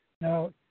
Now